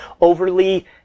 overly